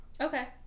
Okay